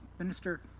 Minister